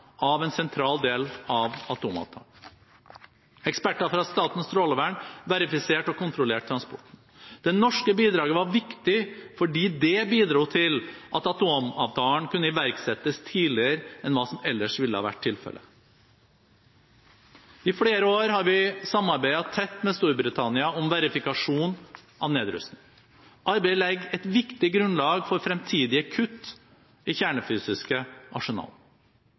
av en sentral del av atomavtalen. Eksperter fra Statens strålevern verifiserte og kontrollerte transporten. Det norske bidraget var viktig fordi det bidro til at atomavtalen kunne iverksettes tidligere enn hva som ellers ville vært tilfelle. I flere år har vi samarbeidet tett med Storbritannia om verifikasjon av nedrustning. Arbeidet legger et viktig grunnlag for fremtidige kutt i kjernefysiske